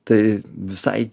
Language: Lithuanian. tai visai